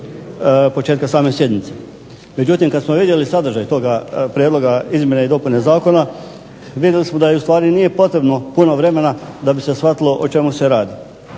početka same sjednice. Međutim, kada smo vidjeli sadržaj toga prijedloga izmjene i dopune zakona vidjeli smo da ustvari nije potrebno puno vremena da bi se shvatilo o čemu se radi.